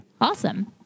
awesome